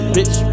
Bitch